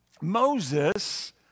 Moses